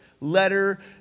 letter